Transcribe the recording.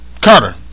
Carter